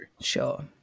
Sure